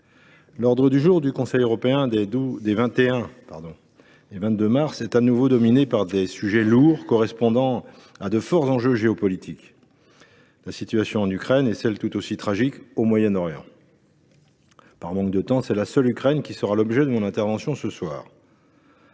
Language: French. l’ordre du jour du Conseil européen des 21 et 22 mars est de nouveau dominé par des sujets lourds correspondant à de forts enjeux géopolitiques : la situation en Ukraine et celle, tout aussi tragique, au Moyen Orient. Par manque de temps, c’est la seule Ukraine qui sera l’objet de mon intervention. De toute